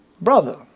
Brother